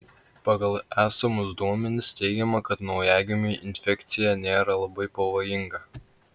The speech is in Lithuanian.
pagal esamus duomenis teigiama kad naujagimiui infekcija nėra labai pavojinga